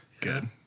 Good